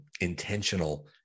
intentional